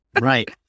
right